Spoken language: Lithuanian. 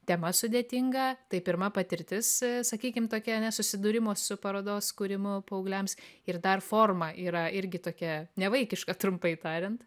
tema sudėtinga tai pirma patirtis sakykim tokia ane susidūrimo su parodos kūrimu paaugliams ir dar forma yra irgi tokia nevaikiška trumpai tariant